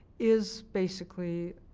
is basically